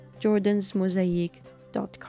jordansmosaic.com